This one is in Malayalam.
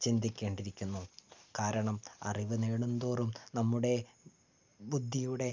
ചിന്തികേണ്ടിയിരിക്കുന്നു കാരണം അറിവ് നേടുന്തോറും നമ്മുടെ ബുദ്ധിയുടെ